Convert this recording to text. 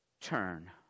turn